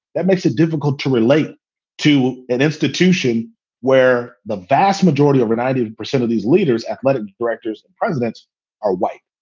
that makes it difficult to relate to an institution where the vast majority, over ninety percent of these leaders, athletic directors and presidents are white.